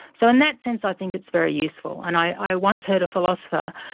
so in that sense, i think it's very useful. and i once heard a philosopher,